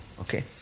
Okay